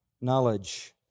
knowledge